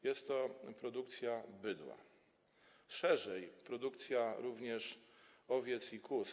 Jest to produkcja bydła, a szerzej: produkcja również owiec i kóz.